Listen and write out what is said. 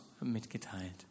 mitgeteilt